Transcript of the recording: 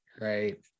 Right